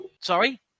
Sorry